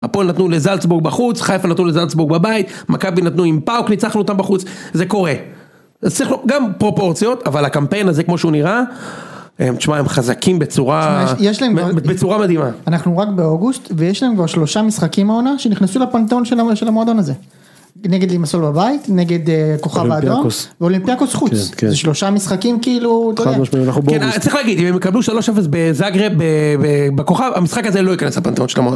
הפועל נתנו לזלצבוג בחוץ, חיפה נתנו לזלצבוג בבית מכבי נתנו עם פאוק, ניצחנו אותם בחוץ. זה קורה. אז צריך גם פרופורציות אבל הקמפיין הזה כמו שהוא נראה... תשמע, הם חזקים בצורה מדהימה. אנחנו רק באוגוסט ויש להם כבר שלושה משחקים העונה שנכנסו לפנתאון של המועדון הזה. נגד לימסול בבית נגד הכוכב האדום ואולימפיאקוס חוץ, זה שלושה משחקים, כאילו... חד משמעית, אנחנו באוגוסט. צריך להגיד, אם הם יקבלו 3-0 בזאגרב בכוכב המשחק הזה לא ייכנס לפנתאון של המועדון.